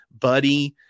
buddy